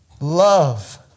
Love